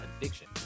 addiction